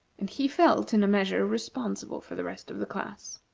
and he felt, in a measure, responsible for the rest of the class.